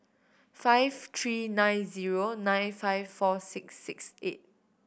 five three nine zero nine five four six six eight